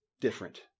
different